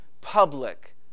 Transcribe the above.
public